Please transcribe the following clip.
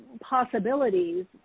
possibilities